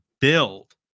build